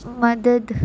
مدد